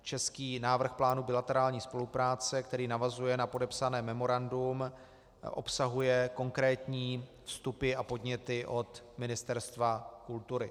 Český návrh plánu bilaterární spolupráce, který navazuje na podepsané memorandum, obsahuje konkrétní vstupy a podněty od Ministerstva kultury.